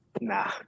nah